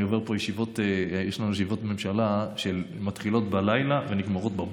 יש לנו ישיבות ממשלה שמתחילות בלילה ונגמרות בבוקר.